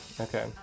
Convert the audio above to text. okay